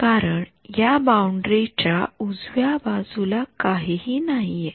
कारण या बाउंडरी च्या उजव्या बाजूला काहीही नाहीये